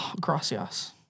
Gracias